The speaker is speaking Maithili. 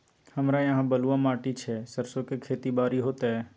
हमरा यहाँ बलूआ माटी छै सरसो के खेती बारी होते?